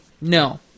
No